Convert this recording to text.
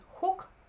hook